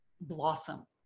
blossom